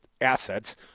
assets